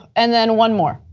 and then one more.